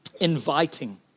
Inviting